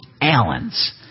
Allens